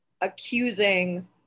accusing